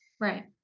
Right